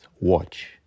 watch